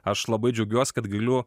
aš labai džiaugiuos kad galiu